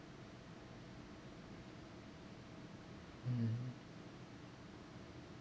mm